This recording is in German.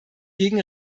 gegen